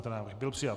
Tento návrh byl přijat.